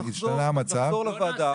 השתנה המצב נחזור לוועדה.